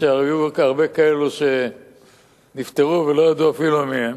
היו הרבה כאלו שנפטרו ולא ידעו אפילו מי הם,